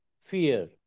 fear